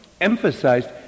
emphasized